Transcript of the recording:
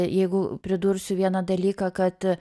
jeigu pridursiu vieną dalyką kad